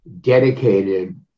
dedicated